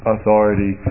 Authority